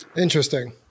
interesting